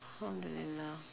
alhamdulillah